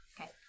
Okay